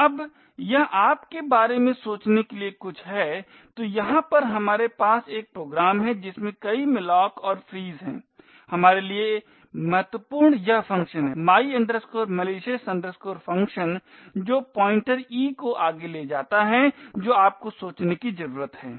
अब यह आपके बारे में सोचने के लिए कुछ है तो यहाँ पर हमारे पास एक प्रोग्राम है जिसमें कई malloc और frees हैं हमारे लिए महत्वपूर्ण यह फ़ंक्शन हैं my malicious function जो पॉइंटर e को आगे ले जाता है जो आपको सोचने की ज़रूरत है